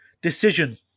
decision